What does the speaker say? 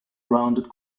rounded